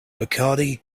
bacardi